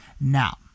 now